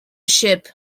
ship